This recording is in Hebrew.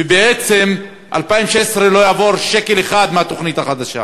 ובעצם ב-2016 לא יעבור שקל אחד מהתוכנית החדשה.